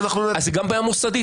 אז זו גם בעיה מוסדית.